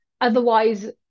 otherwise